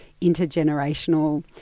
intergenerational